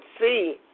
see